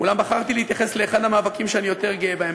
אולם בחרתי להתייחס לאחד המאבקים שאני יותר גאה בהם,